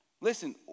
Listen